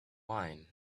wine